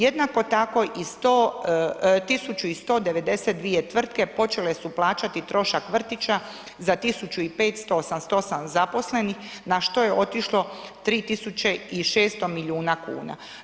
Jednako tako 1192 tvrtke počele su plaćati trošak vrtića za 1588 zaposlenih na što je otišlo 3600 milijuna kuna.